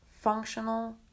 functional